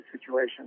situation